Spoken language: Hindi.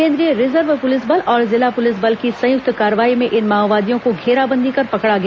केंद्रीय रिजर्व पुलिस बल और जिला पुलिस बल की संयुक्त कार्रवाई में इन माओवादियों को घेराबंदी कर पकड़ा गया